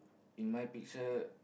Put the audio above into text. in my picture